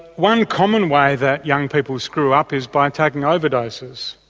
one common way that young people screw up is by taking overdoses.